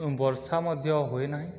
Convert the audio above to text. ବର୍ଷା ମଧ୍ୟ ହୁଏନାହିଁ